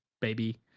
baby